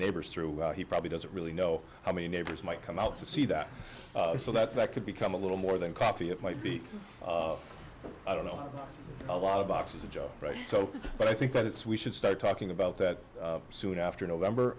neighbors through he probably doesn't really know how many neighbors might come out to see that so that that could become a little more than coffee it might be i don't know a lot of boxes a job right so but i think that it's we should start talking about that soon after november